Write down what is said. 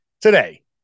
today